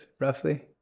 roughly